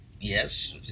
yes